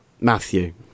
Matthew